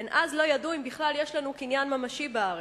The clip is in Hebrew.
הן אז לא ידעו אם בכלל יש לנו קניין ממשי בארץ.